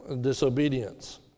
disobedience